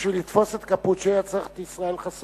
בשביל לתפוס את קפוצ'י היה צריך את ישראל חסון.